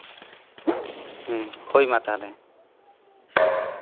ᱦᱮᱸ ᱦᱳᱭ ᱢᱟ ᱛᱟᱦᱚᱞᱮ